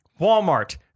Walmart